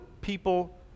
people